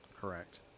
Correct